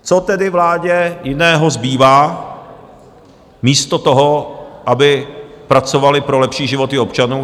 Co tedy vládě jiného zbývá místo toho, aby pracovali pro lepší životy občanů?